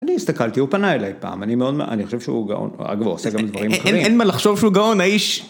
אני הסתכלתי, הוא פנה אליי פעם, אני חושב שהוא גאון, אגב הוא עושה גם דברים אחרים. אין מה לחשוב שהוא גאון, האיש...